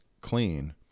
clean